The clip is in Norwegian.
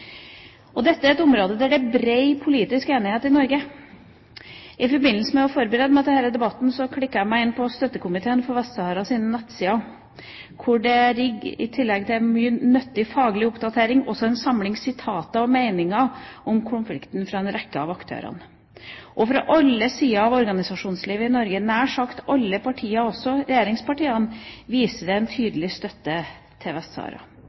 Dette er et område som det er bred politisk enighet om i Norge. I forbindelse med at jeg forberedte meg til denne debatten, klikket jeg meg inn på Støttekomiteen for Vest-Saharas nettsider, hvor det, i tillegg til mye nyttig faglig oppdatering, også ligger en samling sitater og meninger om konflikten fra en rekke av aktørene. Alle sider av organisasjonslivet i Norge og nær sagt alle partier – også regjeringspartiene – viser entydig støtte til Vest-Sahara. Støttekomiteen oppsummerer sin sitatsamling på følgende måte: «Fra Fremskrittspartiets Ungdom til